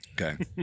Okay